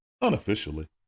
unofficially